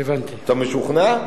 אתה משוכנע?